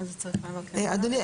אדוני,